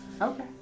Okay